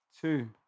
Two